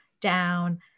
down